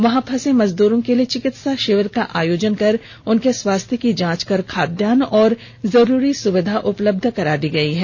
वहां फंसे मजदूरों के लिए चिकित्सा शिविर का आयोजन कर उनके स्वास्थ्य की जांच कर खाद्यान्न व जरूरी सुविधा उपलब्ध करा दी गई है